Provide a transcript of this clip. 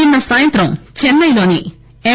నిన్న సాయంత్రం చెస్నైలోని ఎం